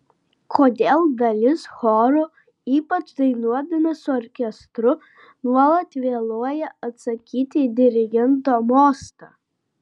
kodėl dalis chorų ypač dainuodami su orkestru nuolat vėluoja atsakyti į dirigento mostą